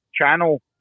channel